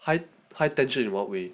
high high tension in what way